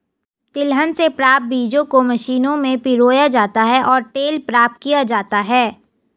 तिलहन से प्राप्त बीजों को मशीनों में पिरोया जाता है और तेल प्राप्त किया जाता है